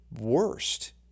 worst